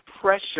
pressure